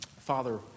Father